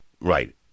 Right